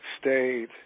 stayed